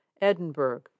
Edinburgh